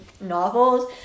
novels